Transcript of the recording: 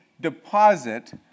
deposit